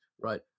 right